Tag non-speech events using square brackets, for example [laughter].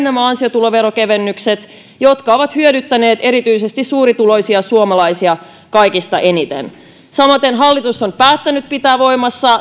[unintelligible] nämä ansiotuloveron kevennykset jotka ovat hyödyttäneet erityisesti suurituloisia suomalaisia kaikista eniten samaten hallitus on päättänyt pitää voimassa